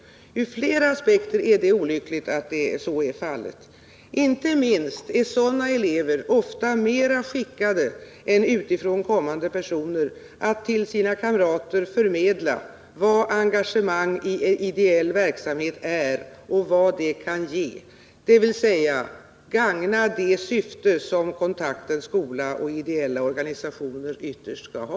Att så är fallet är olyckligt ur flera aspekter. Inte minst är sådana elever ofta mer skickade än utifrån kommande personer att till sina kamrater förmedla vad engagemang i ideell verksamhet är och vad det kan ge, dvs. gagna det syfte som kontakten mellan skola och ideella organisationer ytterst skall ha.